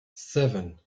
seven